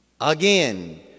Again